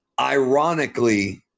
ironically